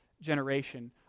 generation